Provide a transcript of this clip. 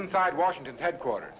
inside washington headquarter